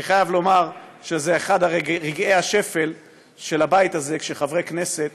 אני חייב לומר שזה אחד מרגעי השפל של הבית הזה כשחברי כנסת